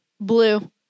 blue